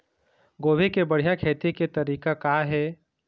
गोभी के बढ़िया खेती के तरीका का हे?